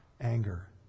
anger